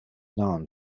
known